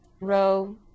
row